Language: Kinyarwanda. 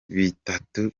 bitatu